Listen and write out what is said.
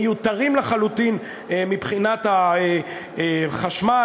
מיותרים לחלוטין מבחינת החשמל,